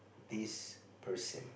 this person